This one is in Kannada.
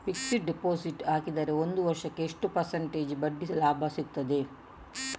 ಫಿಕ್ಸೆಡ್ ಡೆಪೋಸಿಟ್ ಹಾಕಿದರೆ ಒಂದು ವರ್ಷಕ್ಕೆ ಎಷ್ಟು ಪರ್ಸೆಂಟೇಜ್ ಬಡ್ಡಿ ಲಾಭ ಸಿಕ್ತದೆ?